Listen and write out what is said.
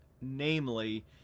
namely